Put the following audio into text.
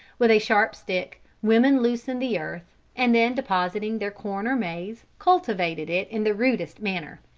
with a sharp stick, women loosened the earth, and then depositing their corn or maize, cultivated it in the rudest manner.